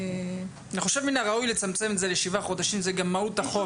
אני חושב שראוי לצמצם את זה לשבעה חודשים; זוהי גם מהות החוק.